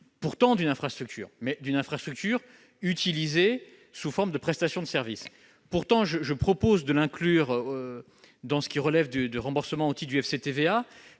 pourtant une infrastructure, mais utilisée sous forme de prestation de services. Je propose de l'inclure dans ce qui relève du remboursement au titre du FCTVA,